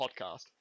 podcast